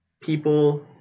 people